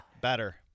Better